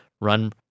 run